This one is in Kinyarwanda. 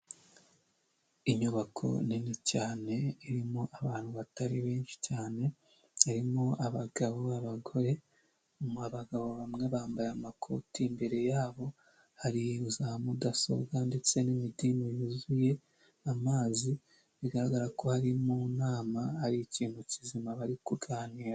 Inyubako nini cyane irimo abantu batari benshi cyane harimo abagabo, abagore. Abagabo bamwe bambaye amakoti, imbere yabo hari za mudasobwa ndetse n'imiti yuzuye amazi bigaragara ko bari mu nama hari ikintu kizima bari kuganira.